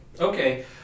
Okay